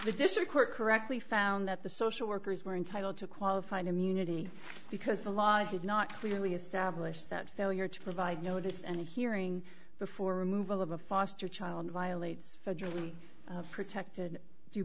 the district court correctly found that the social workers were entitled to qualified immunity because the laws did not clearly establish that failure to provide notice and a hearing before removal of a foster child violates federally protected due